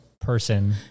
person